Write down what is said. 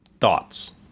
Thoughts